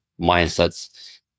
mindsets